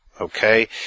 Okay